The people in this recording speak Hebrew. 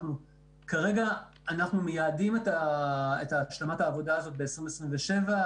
כרגע אנחנו מייעדים את השלמת העבודה הזו ל-2027,